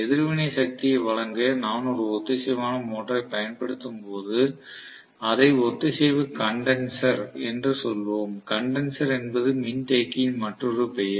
எதிர்வினை சக்தியை வழங்க நான் ஒரு ஒத்திசைவான மோட்டாரைப் பயன்படுத்தும்போது அதை ஒத்திசைவு கன்டென்சர் என சொல்வோம் கன்டென்சர் என்பது மின்தேக்கியின் மற்றொரு பெயர்